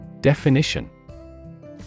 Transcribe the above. Definition